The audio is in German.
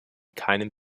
keinem